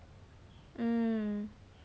mm